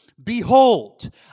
Behold